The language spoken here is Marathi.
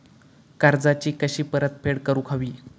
कर्जाची कशी परतफेड करूक हवी?